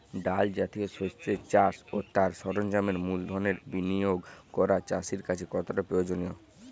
ডাল জাতীয় শস্যের চাষ ও তার সরঞ্জামের মূলধনের বিনিয়োগ করা চাষীর কাছে কতটা প্রয়োজনীয়?